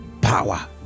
power